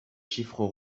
chiffres